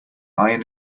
iron